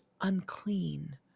unclean